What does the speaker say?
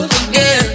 again